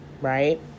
Right